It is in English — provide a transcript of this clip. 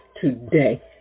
today